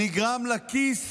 נגרם לכיס